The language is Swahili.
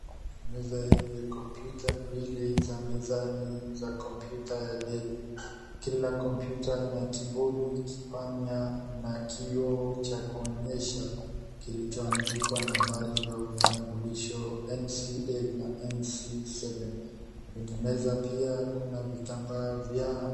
Meza yenye kompyuta mbili za mezani za kompyuta ya Dell. Kila kompyuta ina key board , kipanya na kioo cha kuonyesha kilichoandikwa, nambari ya utambulisho N-C-A na N-C seven . Kwenye meza pia kuna vitambaa vya..